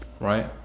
right